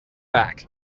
back